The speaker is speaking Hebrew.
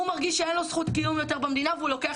הוא מרגיש שאין לו זכות קיום יותר במדינה והוא לוקח